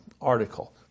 article